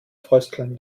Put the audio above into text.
frösteln